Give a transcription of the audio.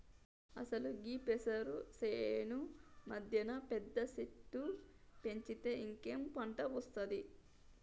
అసలు గీ పెసరు సేను మధ్యన పెద్ద సెట్టు పెంచితే ఇంకేం పంట ఒస్తాది